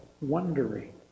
wondering